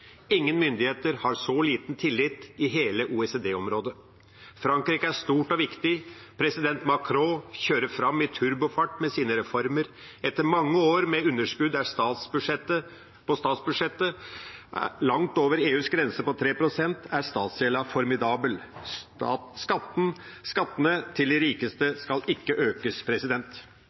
Ingen myndigheter har så liten tillit i hele OECD-området. Frankrike er stort og viktig. President Macron kjører fram i turbofart med sine reformer. Etter mange år med et underskudd på statsbudsjettet langt over EUs grense på 3 pst. er statsgjelden formidabel. Skattene til de rikeste skal ikke økes.